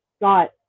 got